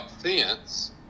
fence